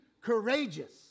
courageous